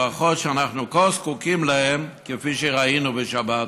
ברכות שאנחנו כה זקוקים להן, כפי שראינו בשבת זו.